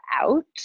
out